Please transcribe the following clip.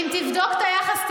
אם תבדוק את היחס,